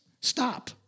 Stop